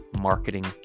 marketing